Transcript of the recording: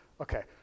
Okay